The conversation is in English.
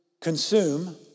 consume